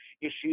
issues